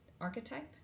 archetype